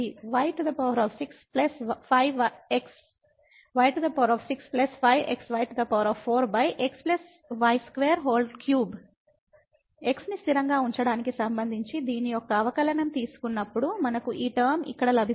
y6 5xy4 x y23 x ని స్థిరంగా ఉంచడానికి సంబంధించి దీని యొక్క అవకలనం తీసుకున్నప్పుడు మనకు ఈ టర్మ ఇక్కడ లభిస్తుంది